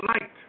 light